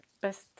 best